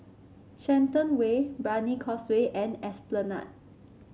Shenton Way Brani Causeway and Esplanade